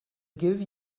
give